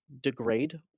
degrade